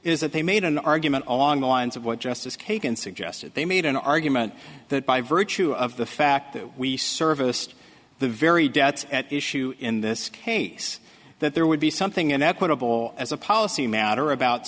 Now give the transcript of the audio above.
is that they made an argument along the lines of what justice kagan suggested they made an argument that by virtue of the fact that we serviced the very debts at issue in this case that there would be something in that quote as a policy matter about